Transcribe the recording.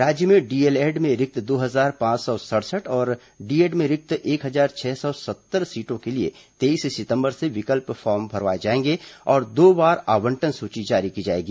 राज्य में डीएलएड में रिक्त दो हजार पांच सौ सड़सठ और बीएड में रिक्त एक हजार छह सौ सत्तर सीटों के लिए तेईस सितंबर से विकल्प फॉर्म भरवाए जाएंगे और दो बार आवंटन सूची जारी की जाएगी